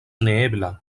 neebla